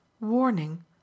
warning